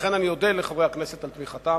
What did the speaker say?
ולכן אני אודה לחברי הכנסת על תמיכתם.